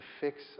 fix